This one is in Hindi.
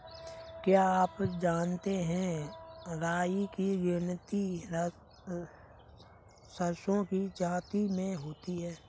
क्या आप जानते है राई की गिनती सरसों की जाति में होती है?